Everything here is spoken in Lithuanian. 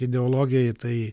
ideologijai tai